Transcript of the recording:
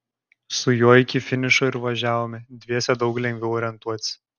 su juo iki finišo ir važiavome dviese daug lengviau orientuotis